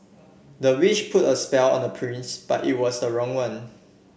the witch put a spell on the prince but it was the wrong one